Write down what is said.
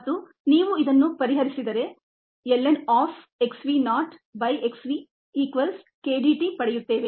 ಮತ್ತು ನೀವು ಇದನ್ನು ಪರಿಹರಿಸಿದರೆ ln of x v naught by x v equals k d t ಪಡೆಯುತ್ತೇವೆ